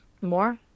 more